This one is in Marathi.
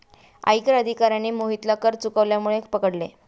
आयकर अधिकाऱ्याने मोहितला कर चुकवल्यामुळे पकडले